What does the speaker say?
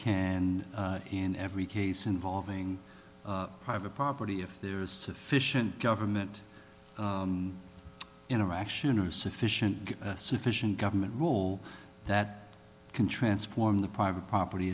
and in every case involving private property if there is sufficient government interaction or a sufficient sufficient government rule that can transform the private property